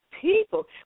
People